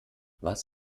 was